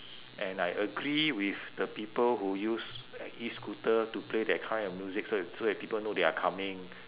and I agree with the people who use e-scooter to play that kind of music so that so that people know they are coming